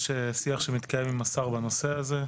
יש שיח שמתקיים עם השר בנושא הזה.